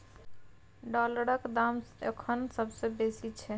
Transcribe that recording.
डॉलरक दाम अखन सबसे बेसी छै